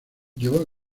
llevó